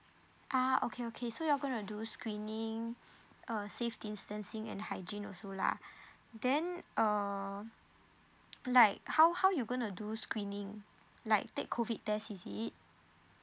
ah okay okay so you're going do screening uh safe distancing and hygiene also lah then uh like how how you're going to do screening like take COVID test is it